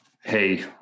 Hey